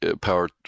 power